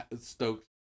stoked